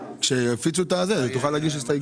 כשיפיצו את הנוסח תוכל להגיש הסתייגויות.